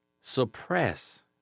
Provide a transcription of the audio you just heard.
suppress